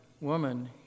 Woman